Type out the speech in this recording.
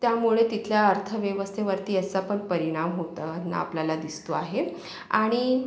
त्यामुळे तिथल्या अर्थव्यवस्थेवरती याचा पण परिणाम होताना आपल्याला दिसतो आहे आणि